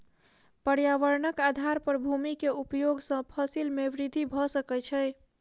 पर्यावरणक आधार पर भूमि के उपयोग सॅ फसिल में वृद्धि भ सकै छै